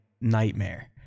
nightmare